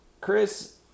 Chris